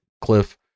cliff